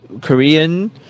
Korean